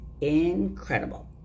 incredible